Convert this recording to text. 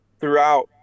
throughout